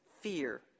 fear